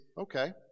okay